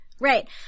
Right